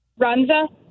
Runza